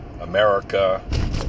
America